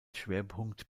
schwerpunkt